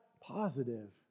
positive